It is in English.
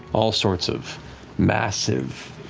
all sorts of massive,